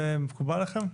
זה מקובל עליכם?